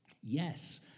Yes